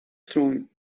strong